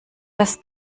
das